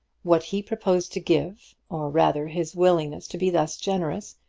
what he proposed to give or rather his willingness to be thus generous,